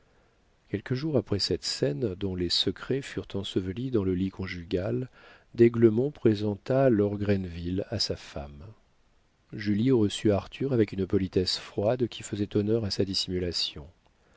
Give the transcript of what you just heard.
quelques jours après cette scène dont les secrets furent ensevelis dans le lit conjugal d'aiglemont présenta lord grenville à sa femme julie reçut arthur avec une politesse froide qui faisait honneur à sa dissimulation